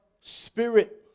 spirit